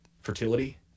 fertility